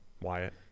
wyatt